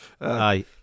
Aye